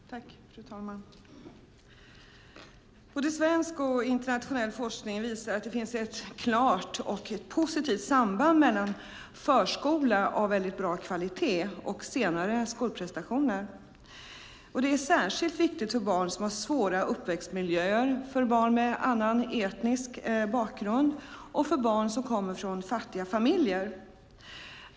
Fru talman! Både svensk och internationell forskning visar att det finns ett klart och positivt samband mellan förskola av väldigt bra kvalitet och senare skolprestationer. Det är särskilt viktigt för barn som har svåra uppväxtmiljöer, för barn med annan etnisk bakgrund och för barn som kommer från fattiga familjer.